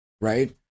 right